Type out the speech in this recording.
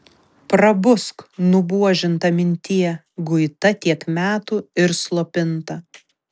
prabusk nubuožinta mintie guita tiek metų ir slopinta